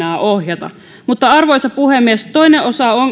ohjata arvoisa puhemies toinen